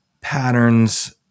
patterns